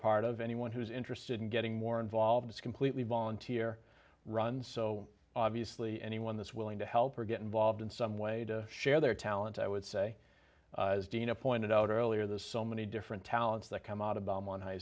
part of anyone who's interested in getting more involved it's completely volunteer run so obviously anyone that's willing to help or get involved in some way to share their talent i would say as dana pointed out earlier the so many different talents that come out of bomb one high